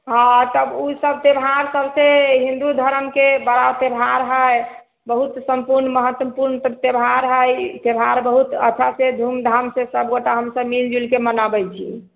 हँ तब ओ सभ त्यौहार सभसँ हिन्दू धरमके बड़ा त्यौहार हए बहुत सम्पूर्ण महत्वपूर्ण त्यौहार हय ई त्यौहार बहुत अच्छासँ धूमधामसँ सभ गोटा हमसभ मिलजुलके मनाबैत छी